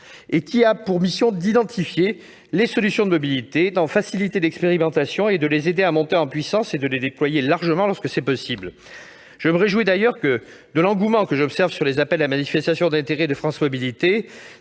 elle a pour mission d'identifier les solutions de mobilité, d'en faciliter l'expérimentation, de contribuer à leur montée en puissance et de les déployer largement, lorsque c'est possible. Je me réjouis d'ailleurs de l'engouement que j'observe sur les appels à manifestation d'intérêt de France Mobilités